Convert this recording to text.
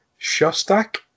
Shostak